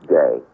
day